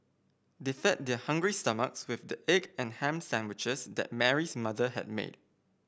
they fed their hungry stomachs with the egg and ham sandwiches that Mary's mother had made